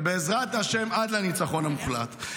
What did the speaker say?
ובעזרת השם עד לניצחון המוחלט.